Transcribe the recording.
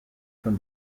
from